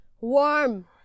Warm